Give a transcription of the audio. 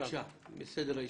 בבקשה לפי סדר הישיבה.